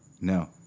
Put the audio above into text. No